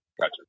Gotcha